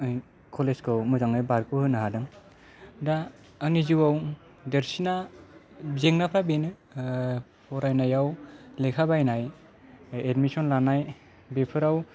college खौ मोजाङै बारग'होनो हादों दा आंनि जिउआव देरसिना जेंनाफ्रा बेनो फरायनायाव लेखा बायनाय एडमिशन लानाय बेफोराव